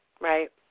right